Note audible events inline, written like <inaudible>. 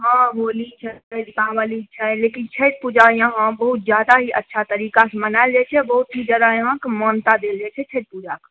हॅं होली छै <unintelligible> दीपाबली छै लेकिन छठि पूजा इहाँ बहुत जादा ही अच्छा तरीका सँ मनायल जाइ छै बहुत ही जादा इहाँके मान्यता देल जाइ छै छठि पूजाके